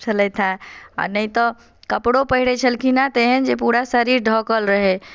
छलथि हेँ आ नहि तऽ कपड़ो पहिरैत छलखिन हेँ तऽ एहन जे पूरा शरीर ढकल रहय